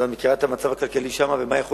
את מכירה את המצב הכלכלי שם ומה יכול